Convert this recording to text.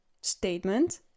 Statement